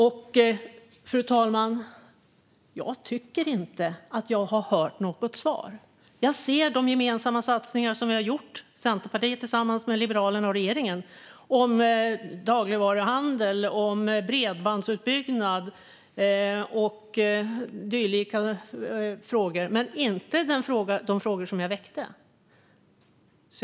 Fru talman! Jag tycker inte att jag har hört något svar. Jag ser de gemensamma satsningar som har gjorts - Centerpartiet tillsammans med Liberalerna och regeringen - i fråga om dagligvaruhandel, bredbandsutbyggnad och dylika frågor men inte något svar på de frågor som jag väckte.